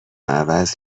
عوض